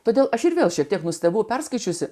todėl aš ir vėl šiek tiek nustebau perskaičiusi